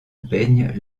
baigne